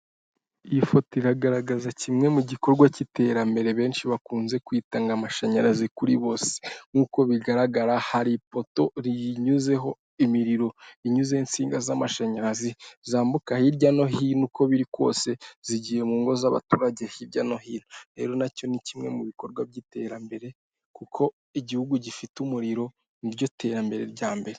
Iyi foto iragaragaza kimwe mu gikorwa cy'iterambere benshi bakunze kwita ngo amashanyarazi kuri bose. Nk'uko bigaragara hari ipoto rinyuzeho imiriro, rinyuzeho insinga z'amashanyarazi, zambuka hirya no hino, uko biri kose zigiye mu ngo z'abaturage hirya no hino. Rero na cyo ni kimwe mu bikorwa by'iterambere, kuko igihugu gifite umuriro ni ryo terambere ryambere.